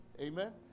Amen